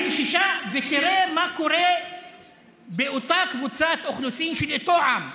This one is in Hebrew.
46. ותראה מה קורה באותה קבוצת אוכלוסין של אותו עם.